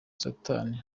satani